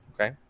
okay